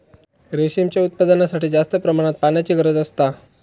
रेशीमच्या उत्पादनासाठी जास्त प्रमाणात पाण्याची गरज असता